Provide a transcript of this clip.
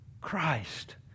Christ